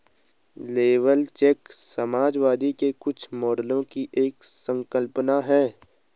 labour check समाजवाद के कुछ मॉडलों की एक संकल्पना है